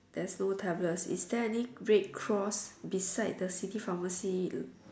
there's no tablets is there any red cross beside the city pharmacy